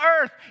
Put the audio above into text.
earth